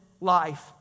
life